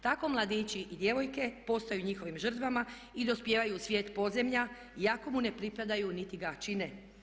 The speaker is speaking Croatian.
Tako mladih i djevojke postaju njihovim žrtvama i dospijevaju u svijet podzemlja iako mu ne pripadaju niti ga čine.